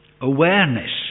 Awareness